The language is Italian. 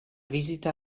visita